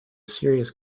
serious